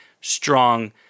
strong